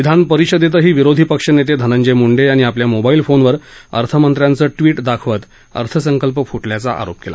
विधानपरिषदेतही विरोधी पक्षनेते धनंजय मुंडे यांनी आपल्या मोबाईल फोनवर अर्थमंत्र्यांचं ट्वीट दाखवत अर्थसंकल्प फुटल्याचा आरोप केला